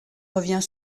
revient